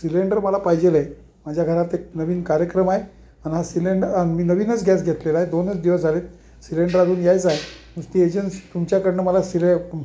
cylinder मला पाहिजेल आहे माझ्या घरात एक नवीन कार्यक्रम आहे अन हा सिलेंडर मी नवीनच गॅस घेतलेला आहे दोनच दिवस झाले सिलेंडर अजून यायचय नुसती एजन्स तुमच्याकडनं मला सिले